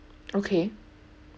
okay